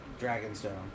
Dragonstone